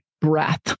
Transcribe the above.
breath